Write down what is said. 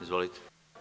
Izvolite.